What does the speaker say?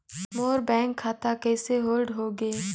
मोर bank खाता कइसे hold होगे?